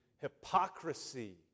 hypocrisy